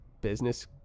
business